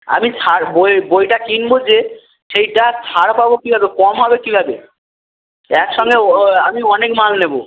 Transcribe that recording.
আমি ছাড় বই বইটা কিনবো যে সেইটা ছাড় পাবো কীভাবে কম হবে কীভাবে একসঙ্গে অ আমি অনেক মাল নেবো